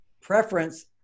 preference